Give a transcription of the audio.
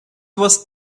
was